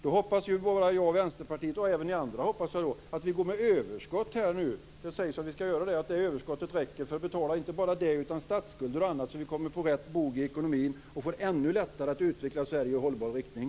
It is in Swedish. Då hoppas bara jag och Vänsterpartiet, och jag hoppas även ni andra, att vi går med överskott. Det sägs att vi skall göra det. Det överskottet skall räcka till att betala inte bara det utan också statsskulder och annat så att vi kommer på rätt bog i ekonomin och får ännu lättare att utveckla Sverige i hållbar riktning.